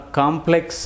complex